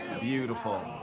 beautiful